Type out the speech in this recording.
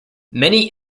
many